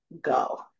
go